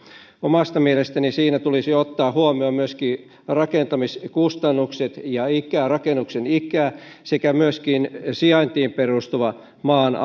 omasta mielestäni siinä tulisi ottaa huomioon myöskin rakentamiskustannukset ja rakennuksen ikä sekä myöskin sijaintiin perustuva maan